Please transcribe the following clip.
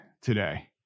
today